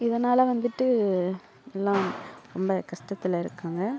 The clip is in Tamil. இதனால் வந்துட்டு எல்லாம் ரொம்ப கஷ்டத்தில் இருக்காங்க